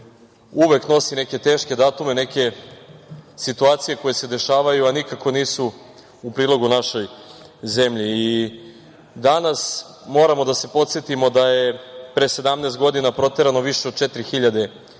uvek nosi neke teške datume, neke situacije koje se dešavaju, a nikako nisu u prilogu našoj zemlji. Danas moramo da se podsetimo da je pre 17 godina proterano više od 4.000 Srba,